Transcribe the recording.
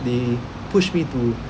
they push me to